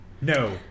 No